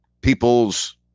people's